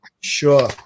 sure